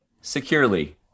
securely